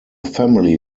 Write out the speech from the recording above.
family